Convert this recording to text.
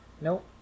Nope